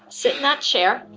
sit in that chair.